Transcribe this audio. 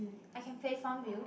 I can play Farmville